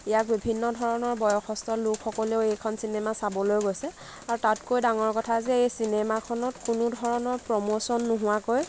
ইয়াক বিভিন্ন ধৰণৰ বয়সস্থ লোকসকলেও এইখন চিনেমা চাবলৈ গৈছে আৰু তাতকৈ ডাঙৰ কথা যে এই চিনেমাখনত কোনোধৰণৰ প্ৰম'চন নোহোৱাকৈ